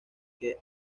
que